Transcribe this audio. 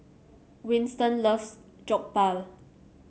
Winston loves Jokbal